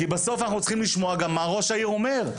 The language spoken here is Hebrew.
כי בסוף אנחנו צריכים לשמוע גם מה ראש העיר אומר,